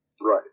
Right